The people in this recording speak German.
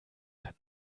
kann